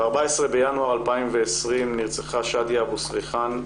ב-14 בינואר 2020 נרצחה שאדיה אבו סריחאן,